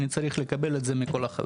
אני צריך לקבל את זה מכל החברות.